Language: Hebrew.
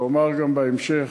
ואומר גם בהמשך,